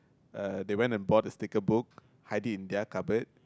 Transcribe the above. uh they went and bought the sticker book hide it in their cupboard